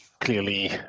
clearly